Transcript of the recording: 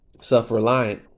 self-reliant